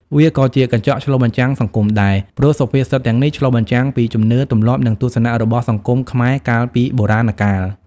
វាក៏ជាកញ្ចក់ឆ្លុះបញ្ចាំងសង្គមដែរ ព្រោះសុភាសិតទាំងនេះឆ្លុះបញ្ចាំងពីជំនឿ ទម្លាប់ និងទស្សនៈរបស់សង្គមខ្មែរកាលពីបូរាណកាល។